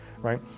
right